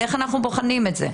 איך אנחנו בוחנים את זה?